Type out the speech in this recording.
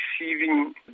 receiving